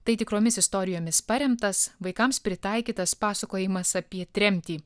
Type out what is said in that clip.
tai tikromis istorijomis paremtas vaikams pritaikytas pasakojimas apie tremtį